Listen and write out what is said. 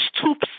stoops